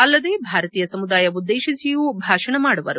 ಅಲ್ಲದೆ ಭಾರತೀಯ ಸಮುದಾಯವನ್ನು ಉದ್ದೇಶಿಸಿಯೂ ಭಾಷಣ ಮಾಡುವರು